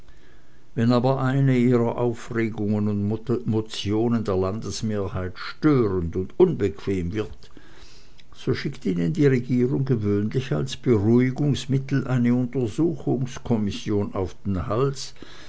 wenn aber eine ihrer aufregungen und motionen der landesmehrheit störend und unbequem wird so schickt ihnen die regierung gewöhnlich als beruhigungsmittel eine untersuchungskommission auf den hals